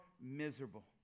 miserable